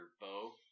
bow